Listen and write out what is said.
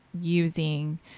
using